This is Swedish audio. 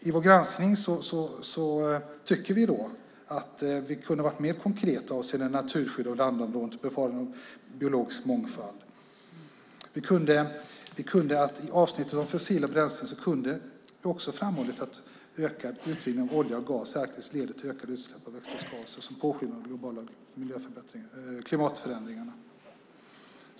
I vår granskning tycker vi att meddelandet kunde ha varit mer konkret avseende naturskydd av landområden och bevarandet av biologisk mångfald. Dessutom kunde avsnittet om fossila bränslen tydligare ha framhållit att ökad utvinning av olja och gas i Arktis leder till ökade utsläpp av växthusgaser som påskyndar de globala klimatförändringarna.